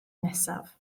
nesaf